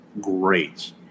great